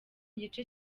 igice